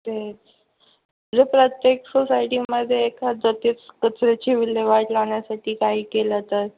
तेच म्हणजे प्रत्येक सोसायटीमध्ये एखाद्या जागीच कचऱ्याची विल्हेवाट लावण्यासाठी काही केलं तर